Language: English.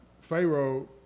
Pharaoh